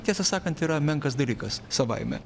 tiesą sakant yra menkas dalykas savaime